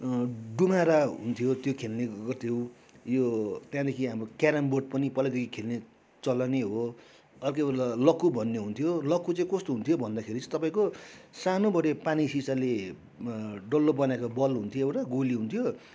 डुमारा हुन्थ्यो त्यो खेल्ने गर्थ्यौँ यो त्यहाँदेखि हामीहरू क्यारम बोर्ड पनि पहिल्यैदेखि खेल्ने चलनै हो अर्कै एउटा लक्कु भन्ने हुन्थ्यो लक्कु चाहिँ कस्तो हुन्थ्यो भन्दाखेरि चाहिँ तपाईँको सानोबडे पानी सिसाले डल्लो बनेको बल हुन्थ्यो एउटा गोली हुन्थ्यो